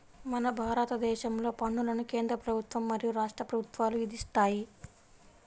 మన భారతదేశంలో పన్నులను కేంద్ర ప్రభుత్వం మరియు రాష్ట్ర ప్రభుత్వాలు విధిస్తాయి